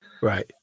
Right